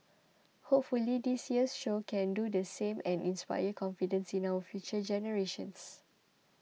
hopefully this year's show can do the same and inspire confidence in our future generations